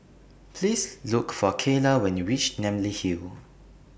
Please Look For Cayla when YOU REACH Namly Hill